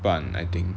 半 I think